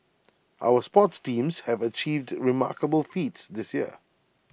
our sports teams have achieved remarkable feats this year